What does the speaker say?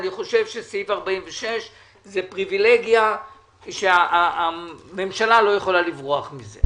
אני חושב שסעיף 46 זה פריבילגיה שהממשלה לא יכולה לברוח מזה.